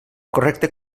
correcta